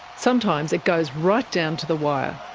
sometimes it goes right down to the wire.